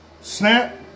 Snap